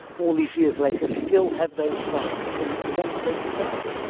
all these years later, still have those signs, and um what would they be like?